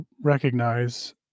recognize